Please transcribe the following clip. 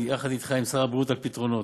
יחד אתך, עם שר הבריאות, על פתרונות.